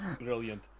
brilliant